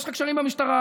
יש לך קשרים במשטרה.